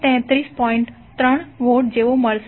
3 vote જેટલો મેળવશો